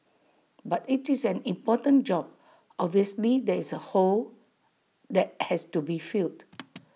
but it's an important job obviously there is A hole that has to be filled